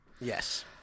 yes